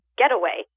getaway